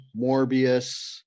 morbius